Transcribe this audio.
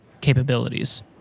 capabilities